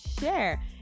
share